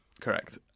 Correct